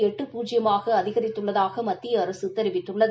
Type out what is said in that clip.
எட்டு பூஜ்ஜியமாக அதிகரித்துள்ளதாக மத்திய அரசு தெரிவித்துள்ளது